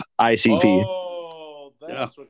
icp